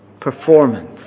performance